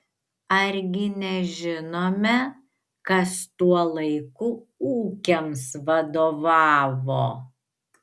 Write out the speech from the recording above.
argi nežinome kas tuo laiku ūkiams vadovavo